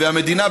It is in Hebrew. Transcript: והמדינה,